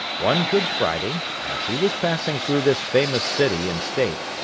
one good friday, as he was passing through this famous city in state,